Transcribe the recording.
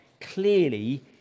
clearly